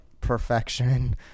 perfection